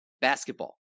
basketball